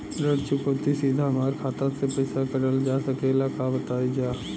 ऋण चुकौती सीधा हमार खाता से पैसा कटल जा सकेला का बताई जा?